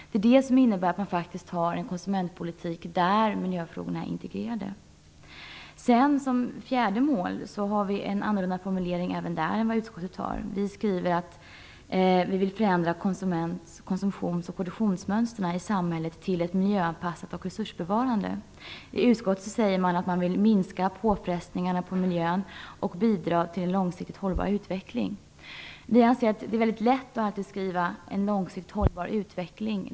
Det är en miljöpolitik där miljöfrågorna är integrerade. Vi vill förändra konsumtions och produktionsmönstret i samhället till att vara miljöanpassat och resursbevarande. I utskottsbetänkandet säger man att man vill minska påfrestningarna på miljön och bidra till en långsiktigt hållbar utveckling. Det är väldigt lätt att skriva "en långsiktigt hållbar utveckling".